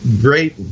great